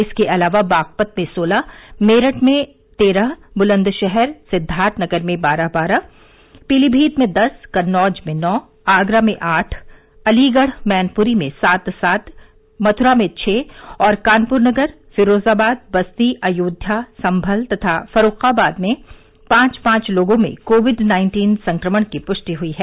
इसके अलावा बागपत में सोलह मेरठ में तेरह बुलंदशहर सिद्वार्थनगर में बारह बारह पीलीभीत में दस कन्नौज में नौ आगरा में आठ अलीगढ़ मैनपुरी में सात सात मथुरा में छः और कानपुर नगर फिरोजाबाद बस्ती अयोध्या सम्भल तथा फर्रुखाबाद में पांच पांच लोगों में कोविड नाइन्टीन संक्रमण की पुष्टि हुई है